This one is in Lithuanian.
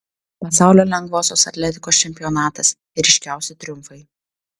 pasaulio lengvosios atletikos čempionatas ryškiausi triumfai